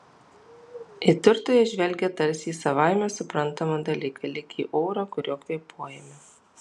į turtą jie žvelgia tarsi į savaime suprantamą dalyką lyg į orą kuriuo kvėpuojame